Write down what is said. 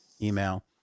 email